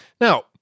Now